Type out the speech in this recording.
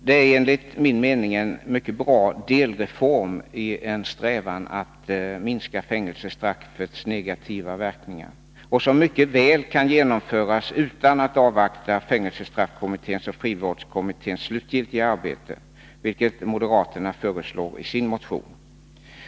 Det är enligt min mening en mycket bra delreform i en strävan att minska fängelsestraffets negativa verkningar, vilken mycket väl kan genomföras utan att man avvaktar fängelstraffkommitténs och frivårdskommitténs slutgiltiga arbete, vilket moderaterna föreslagit i en motion.